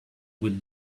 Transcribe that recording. would